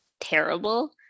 terrible